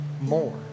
more